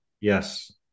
Yes